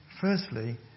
Firstly